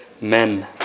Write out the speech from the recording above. men